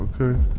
Okay